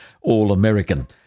All-American